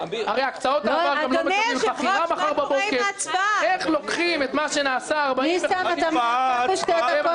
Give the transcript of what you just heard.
------ אנחנו באיחור של 2.5 דקות.